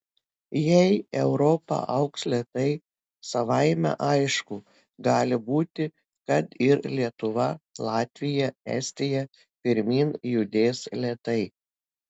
jei europa augs lėtai savaime aišku gali būti kad ir lietuva latvija estija pirmyn judės lėtai